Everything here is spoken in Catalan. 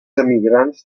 emigrants